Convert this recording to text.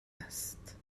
است